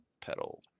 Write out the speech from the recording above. pedal